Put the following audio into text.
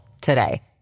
today